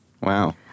wow